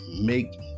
make